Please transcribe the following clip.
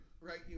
right